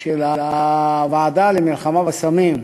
של הוועדה למלחמה בסמים,